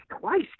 twice